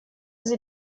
sie